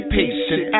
patient